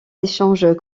échanges